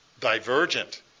divergent